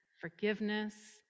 forgiveness